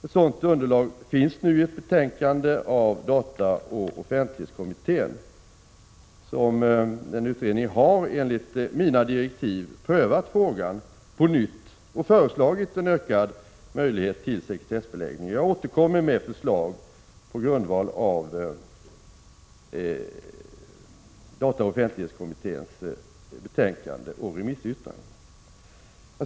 Ett sådant underlag finns nu i ett betänkande från dataoch offentlighetskommittén, som enligt mina direktiv har prövat frågan på nytt och föreslagit en ökad möjlighet till sekretessbeläggning. Jag återkommer med ett förslag på grundval av dataoch offentlighetskommitténs betänkande och remissyttrandena.